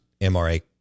MRA